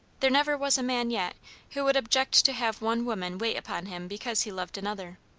there never was a man yet who would object to have one woman wait upon him because he loved another.